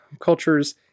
cultures